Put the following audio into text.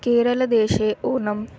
केरलदेशे ओनं